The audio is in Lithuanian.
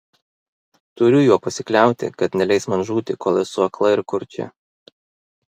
turiu juo pasikliauti kad neleis man žūti kol esu akla ir kurčia